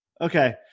Okay